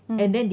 mm